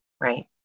right